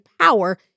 power